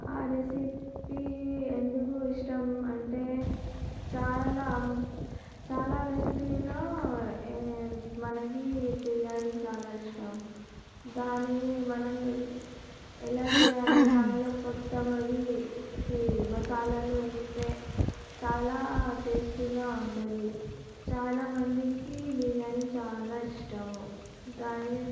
ఆ రెసిపీ ఎందుకు ఇష్టం అంటే చాలా చాలా రెసిపీలో మనకి బిర్యానీ చాలా ఇష్టం దాన్ని మనం ఎలా చేయాలో దానిలో కొత్తవి అవి మసాలాలు వేస్తే చాలా టేస్టీగా ఉంటుంది చాలామందికి బిర్యానీ చాలా ఇష్టము దాని